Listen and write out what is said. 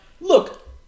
look